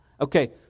Okay